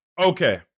Okay